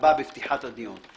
בפתיחת הדיון הבא.